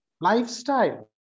Lifestyle